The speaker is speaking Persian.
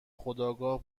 خودآگاه